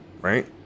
right